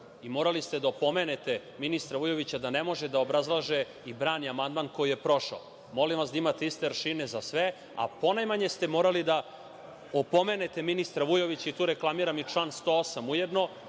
i morali ste da opomenete ministra Vujovića da ne može da obrazlaže i brani amandman koji je prošao. Molim vas da imate iste aršine za sve. Ponajmanje ste morali da opomenete ministra Vujovića i tu reklamiram i član 108, ujedno,